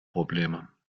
probleme